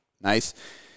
nice